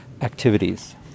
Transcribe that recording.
activities